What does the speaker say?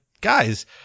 guys